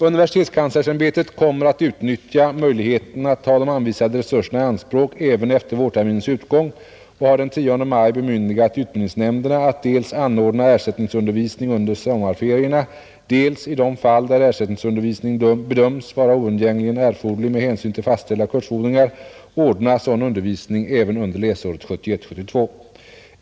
Universitetskanslersämbetet kommer att utnyttja möjligheten att ta de anvisade resurserna i anspråk även efter vårterminens utgång och har den 10 maj bemyndigat utbildningsnämnderna att dels anordna ersättningsundervisning under sommarferierna, dels — i de fall där ersättningsundervisning bedöms vara oundgängligen erforderlig med hänsyn till fastställda kursfordringar — ordna sådan undervisning även under läsåret 1971/72.